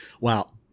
Wow